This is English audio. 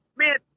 man